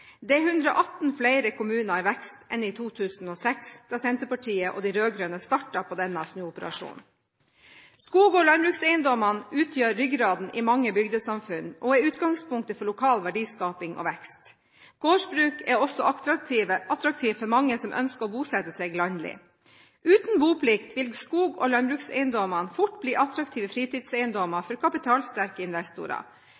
er 118 flere kommuner i vekst enn i 2006 – da Senterpartiet og de rød-grønne startet på denne snuoperasjonen. Skog- og landbrukseiendommene utgjør ryggraden i mange bygdesamfunn og er utgangpunktet for lokal verdiskaping og vekst. Gårdsbruk er også attraktive for mange som ønsker å bosette seg landlig. Uten boplikt vil skog- og landbrukseiendommene fort bli attraktive